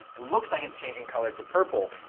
it looks like it's changing colors the purple,